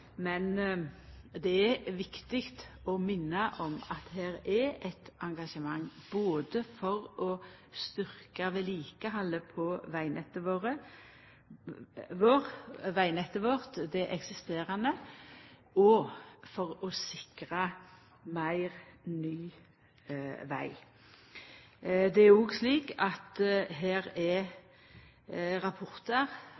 men det er viktig å minna om at det er eit engasjement både for å styrkja vedlikehaldet på det eksisterande vegnettet vårt og for å sikra meir ny veg. Det er òg slik at